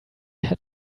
had